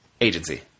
agency